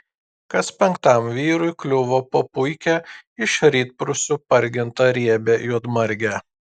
kas penktam vyrui kliuvo po puikią iš rytprūsių pargintą riebią juodmargę